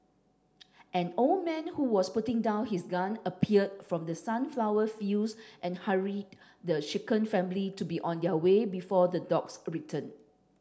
an old man who was putting down his gun appeared from the sunflower fields and hurried the shaken family to be on their way before the dogs return